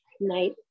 night